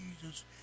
Jesus